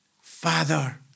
Father